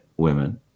women